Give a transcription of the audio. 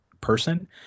person